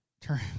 turn